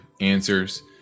answers